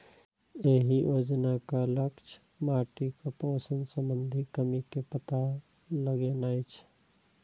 एहि योजनाक लक्ष्य माटिक पोषण संबंधी कमी के पता लगेनाय छै